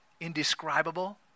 Indescribable